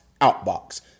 outbox